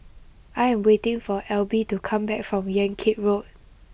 I am waiting for Elby to come back from Yan Kit Road